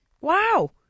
Wow